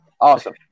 awesome